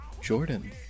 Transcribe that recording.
Jordan